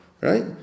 right